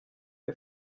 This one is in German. ihr